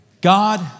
God